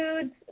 foods